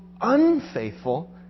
unfaithful